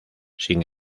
sin